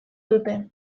dute